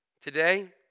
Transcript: today